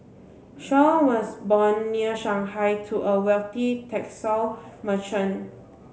Shaw was born near Shanghai to a wealthy textile merchant